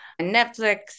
Netflix